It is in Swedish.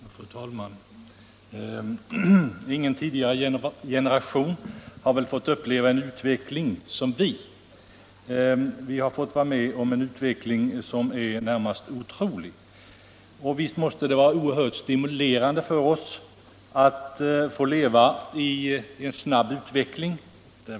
Fru talman! Ingen tidigare generation har fått uppleva en utveckling som den vi i vår generation fått vara med om, en utveckling som är i det närmaste otrolig. Och visst måste det vara oerhört stimulerande för oss att få leva i en snabb utveckling.